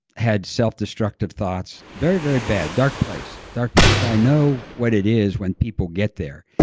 had self-destructive thoughts very, very bad, dark place, dark place. so i know what it is when people get there.